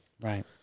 Right